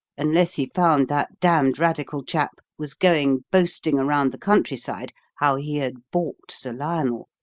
unless he found that damned radical chap was going boasting around the countryside how he had balked sir lionel.